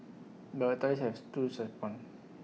but authorities have tools respond